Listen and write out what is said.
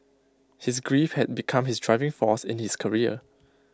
his grief had become his driving force in his career